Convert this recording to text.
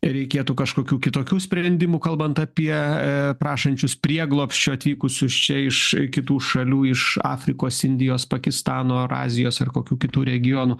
reikėtų kažkokių kitokių sprendimų kalbant apie prašančius prieglobsčio atvykusius čia iš kitų šalių iš afrikos indijos pakistano ar azijos ar kokių kitų regionų